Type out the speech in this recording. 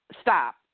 Stop